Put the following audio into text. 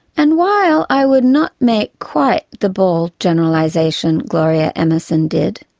and while i would not make quite the bald generalisation gloria emerson did,